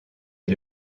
est